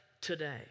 today